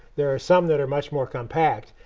there are some that are much more compact.